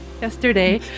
yesterday